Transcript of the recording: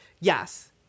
yes